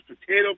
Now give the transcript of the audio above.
potato